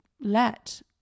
let